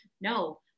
No